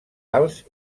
alts